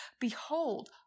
Behold